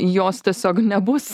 jos tiesiog nebus